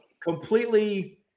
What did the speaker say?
completely